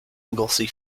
anglesey